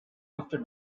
after